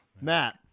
Matt